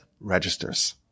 registers